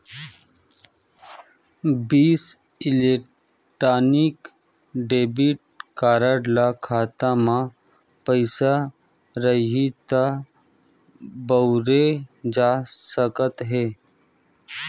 बिसा electronic debit card ल खाता म पइसा रइही त बउरे जा सकत हे